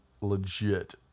legit